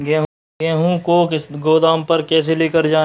गेहूँ को गोदाम पर कैसे लेकर जाएँ?